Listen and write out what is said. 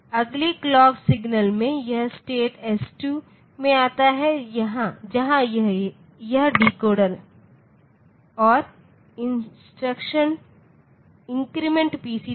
अगली clock signal में यह स्टेट s2 में आता है जहां यह डीकोड और इंक्रीमेंट पीसी देता है